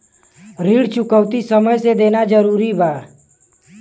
ऋण चुकौती समय से देना जरूरी बा?